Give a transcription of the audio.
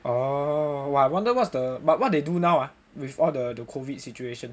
oh !wah! wonder what's the but what they do now ah with all the the COVID situation